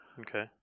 Okay